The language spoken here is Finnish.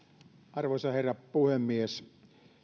arvoisa herra puhemies